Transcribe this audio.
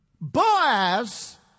Boaz